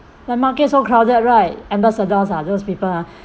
the market so crowded right ambassadors ah those people ha